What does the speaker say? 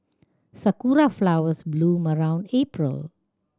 sakura flowers bloom around April